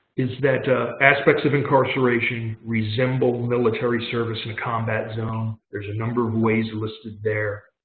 is that aspects of incarceration resemble military service in a combat zone. there's a number of ways listed there.